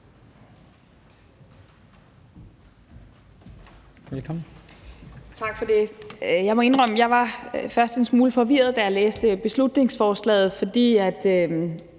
at jeg var først var en smule forvirret, da jeg læste beslutningsforslaget.